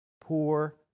poor